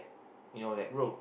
you know that